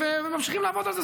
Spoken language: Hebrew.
וממשיכים לעבוד על זה.